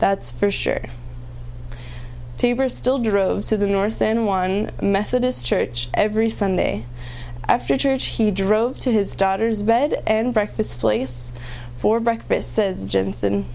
that's for sure tabor still drove to the north then one methodist church every sunday after church he drove to his daughter's bed and breakfast place for breakfast sa